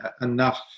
enough